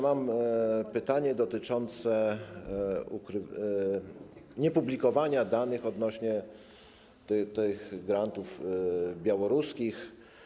Mam pytanie dotyczące niepublikowania danych odnośnie do tych grantów białoruskich.